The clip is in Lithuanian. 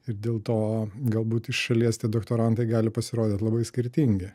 ir dėl to galbūt iš šalies tie doktorantai gali pasirodyt labai skirtingi